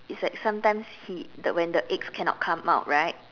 it's like sometimes he the when the eggs cannot come out right